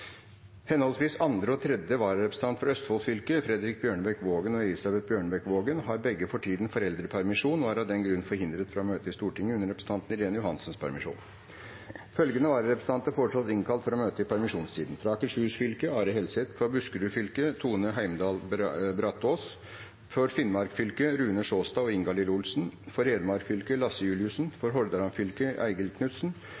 Henholdsvis andre og tredje vararepresentant for Østfold fylke, Fredrik Bjørnebekk-Waagen og Elise Bjørnebekk-Waagen har begge for tiden foreldrepermisjon og er av den grunn forhindret fra å møte i Stortinget under representanten Irene Johansens permisjon. Følgende vararepresentanter foreslås innkalt for å møte i permisjonstiden: For Akershus fylke: Are Helseth For Buskerud fylke: Tone Heimdal Brataas For Finnmark fylke: Runar Sjåstad og Ingalill Olsen For Hedmark fylke: Lasse Juliussen